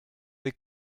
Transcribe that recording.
they